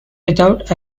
without